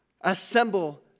assemble